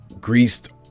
greased